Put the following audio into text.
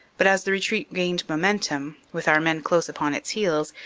but as the retreat gained momentum, with our men close upon its heels,